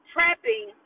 Prepping